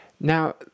Now